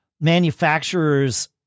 manufacturers